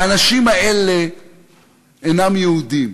האנשים האלה אינם יהודים.